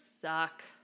suck